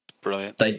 Brilliant